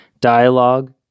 Dialogue